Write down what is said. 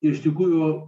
iš tikrųjų